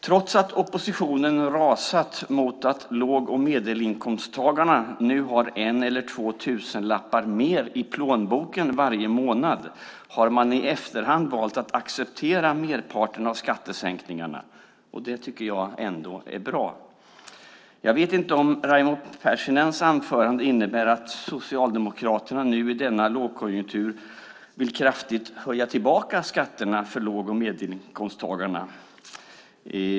Trots att oppositionen rasat mot att låg och medelinkomsttagarna nu har en eller två tusenlappar mer i plånboken varje månad har man i efterhand valt att acceptera merparten av skattesänkningarna, och det tycker jag ändå är bra. Jag vet inte om Raimo Pärssinens anförande innebär att Socialdemokraterna nu i denna lågkonjunktur vill höja skatterna kraftigt igen för låg och medelinkomsttagarna.